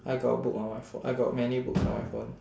I got a book on my phone I got many books on my phone